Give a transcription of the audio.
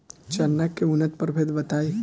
चना के उन्नत प्रभेद बताई?